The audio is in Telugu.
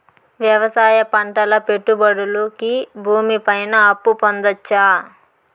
వ్యవసాయం పంటల పెట్టుబడులు కి భూమి పైన అప్పు పొందొచ్చా?